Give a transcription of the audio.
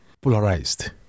polarized